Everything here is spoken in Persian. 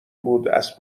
بوداز